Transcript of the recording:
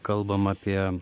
kalbam apie